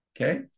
Okay